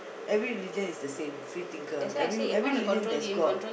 every religion is the same free-thinker every every religion there's God